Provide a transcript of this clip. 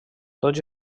tots